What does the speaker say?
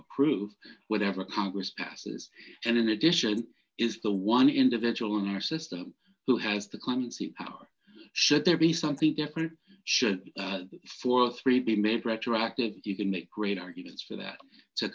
approve whatever congress passes and in addition is the one individual in our system who has the concept our should there be something different should for three be made retroactive you can make great arguments for that to